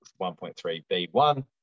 1.3b1